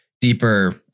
deeper